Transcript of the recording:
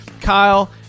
Kyle